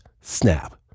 snap